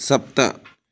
सप्त